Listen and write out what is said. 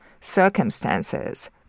circumstances